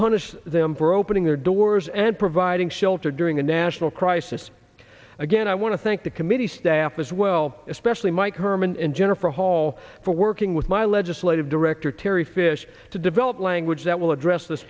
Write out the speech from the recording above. punish them for opening their doors and providing shelter during a national crisis again i want to thank the committee staff as well especially mike herman and jennifer hall for working with my legislative director terry fish to develop language that will address th